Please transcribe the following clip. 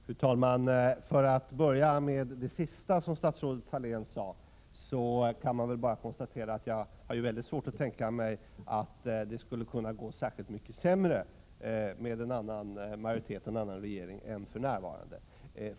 Fru talman! För att börja med det sista som statsrådet Thalén sade har jag väldigt svårt att tänka mig att det skulle kunna gå särskilt mycket sämre med en annan majoritet och en annan regering än för närvarande.